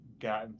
got